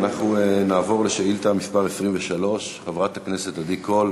אנחנו נעבור לשאילתה מס' 23. חברת הכנסת עדי קול,